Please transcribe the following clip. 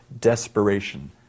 desperation